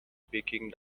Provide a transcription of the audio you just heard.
speaking